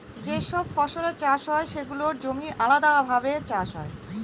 যে সব ফসলের চাষ হয় সেগুলোর জমি আলাদাভাবে চাষ হয়